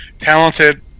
talented